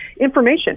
information